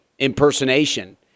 impersonation